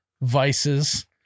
vices